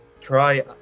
try